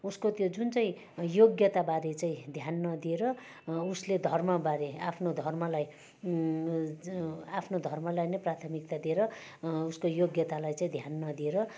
उसको त्यो जुन चाहिँ योग्यता बारे चाहिँ ध्यान नदिएर उसले धर्म बारे आफ्नो धर्मलाई आफ्नो धर्मलाई नै प्राथमिकता दिएर उसको योग्यतालाई चाहिँ ध्यान नदिएर